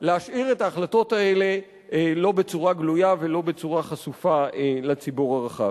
להשאיר את ההחלטות האלה בצורה לא גלויה ולא חשופה לציבור הרחב.